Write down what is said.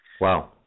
Wow